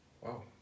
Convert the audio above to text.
Wow